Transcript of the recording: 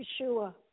Yeshua